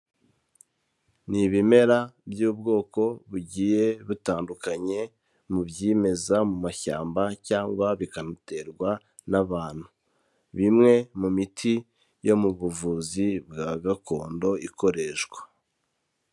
Ni ibimera by'ubwoko bugiye butandukanye mu byimeza mu mashyamba cyangwa bikanaterwa n'abantu. Bimwe mu miti yo mu buvuzi bwa gakondo ikoreshwa.